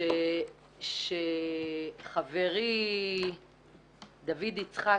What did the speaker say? שחברי דוד יצחק,